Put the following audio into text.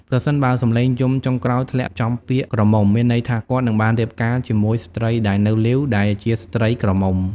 ប្រសិនបើសំឡេងយំចុងក្រោយធ្លាក់ចំពាក្យ ក្រមុំ មានន័យថាគាត់នឹងបានរៀបការជាមួយស្ត្រីដែលនៅលីវ ដែលជាស្ត្រីក្រមុំ ។